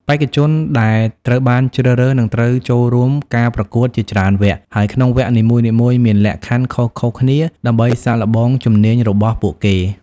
បេក្ខជនដែលត្រូវបានជ្រើសរើសនឹងត្រូវចូលរួមការប្រកួតជាច្រើនវគ្គ ហើយក្នុងវគ្គនីមួយៗមានលក្ខខណ្ឌខុសៗគ្នាដើម្បីសាកល្បងជំនាញរបស់ពួកគេ។